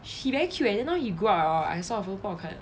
he very cute and then now he grow up orh 我 saw 了不好看